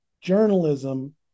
journalism